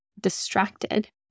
distracted